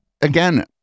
again